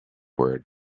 word